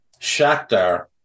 Shakhtar